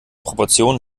proportionen